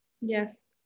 yes